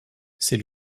c’est